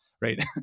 right